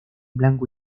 blanco